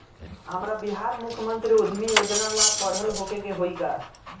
हमरा बिहार मुख्यमंत्री उद्यमी योजना ला पढ़ल होखे के होई का?